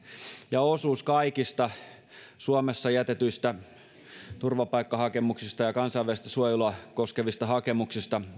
ja osuus kaikista suomessa jätetyistä turvapaikkahakemuksista ja kansainvälistä suojelua koskevista hakemuksista